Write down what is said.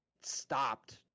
stopped